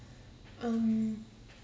um